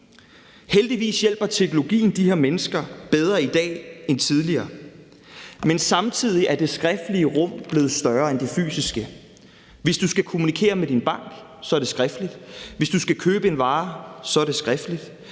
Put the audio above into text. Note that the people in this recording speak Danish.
Heldigvis hjælper teknologien de her mennesker bedre i dag end tidligere, men samtidig er det skriftlige rum blevet større end det fysiske. Hvis du skal kommunikere med din bank, er det skriftligt. Hvis du skal købe en vare, er det skriftligt.